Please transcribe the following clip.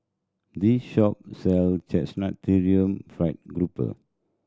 this shop sell Chrysanthemum Fried Grouper